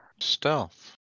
Stealth